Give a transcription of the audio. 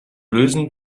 lösen